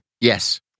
Yes